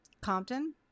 Compton